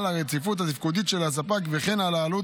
על הרציפות התפקודית של הספק וכן על העלות